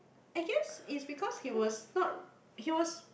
I guess is because he was not he was